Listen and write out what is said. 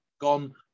gone